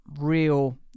real